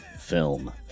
Film